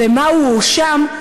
במה הוא הואשם.